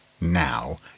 now